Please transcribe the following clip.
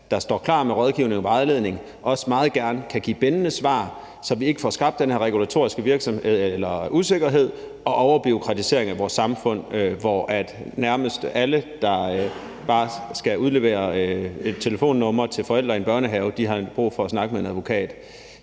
der står klar med rådgivning og vejledning og også meget gerne kan give bindende svar, så vi ikke får skabt den her regulatoriske usikkerhed og overbureaukratisering af vores samfund, hvor nærmest alle, der bare skal udlevere et telefonnummer til forældre i børnehave, har brug for at snakke med en advokat.